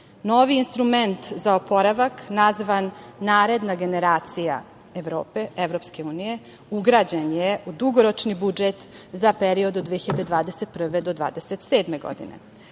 Novi instrument za oporavak, nazvan - Naredna generacija Evrope, Evropske unije, ugrađen je u dugoročni budžet za period od 2021. do 2027. godine.